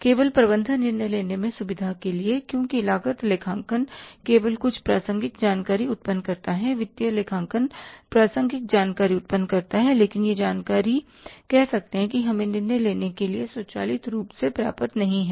केवल प्रबंधन निर्णय लेने में सुविधा के लिए क्योंकि लागत लेखांकन केवल कुछ प्रासंगिक जानकारी उत्पन्न करता है वित्तीय लेखांकन प्रासंगिक जानकारी उत्पन्न करता है लेकिन वह जानकारी कह सकते हैं कि हमें निर्णय लेने के लिए स्वचालित रूप से पर्याप्त नहीं है